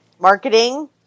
Marketing